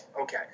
okay